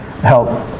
help